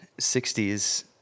60s